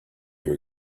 you